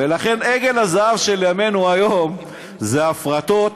ולכן, עגל הזהב של ימינו היום זה הפרטות,